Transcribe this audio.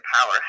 power